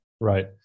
Right